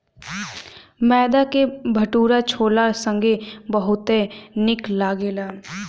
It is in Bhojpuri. मैदा के भटूरा छोला संगे बहुते निक लगेला